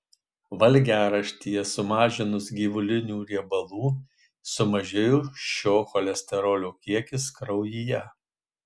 valgiaraštyje sumažinus gyvulinių riebalų sumažėja šio cholesterolio kiekis kraujyje